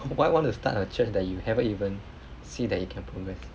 why want to start a church that you haven't even see that it can progress